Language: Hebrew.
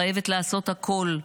חייבת לעשות הכול,